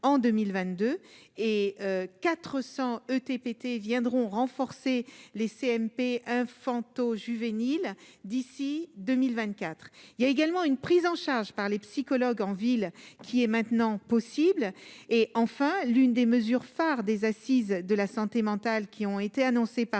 en 2000 22 et 400 ETPT viendront renforcer les CMP un fantoche juvénile d'ici 2024 il y a également une prise en charge par les psychologues en ville qui est maintenant possible et enfin l'une des mesures phares des assises de la santé mentale qui ont été annoncées par